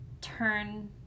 turn